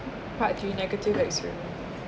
part three negative experience